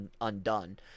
undone